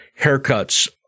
haircuts